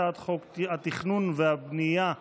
הצעת חוק התכנון והבנייה (תיקון,